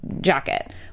jacket